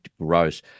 gross